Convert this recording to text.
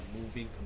moving